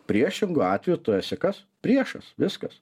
priešingu atveju tu esi kas priešas viskas